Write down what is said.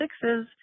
Sixes